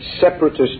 separatist